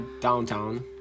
downtown